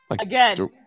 Again